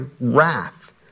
wrath